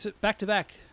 back-to-back